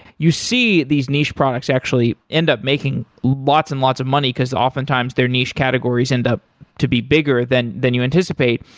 you see these niche products actually end up making lots and lots of money, because oftentimes their niche categories end up to be bigger than than you anticipate.